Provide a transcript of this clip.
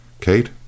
Kate